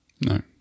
No